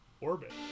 Orbit